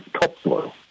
topsoil